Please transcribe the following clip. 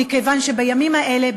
מכיוון שבימים האלה,